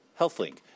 HealthLink